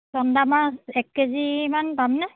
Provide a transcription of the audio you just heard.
চন্দা মাছ এক কেজিমান পামনে